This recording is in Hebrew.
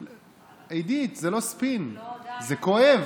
עידית, זה לא ספין, זה כואב.